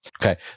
Okay